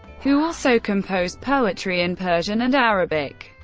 who also composed poetry in persian and arabic.